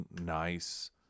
nice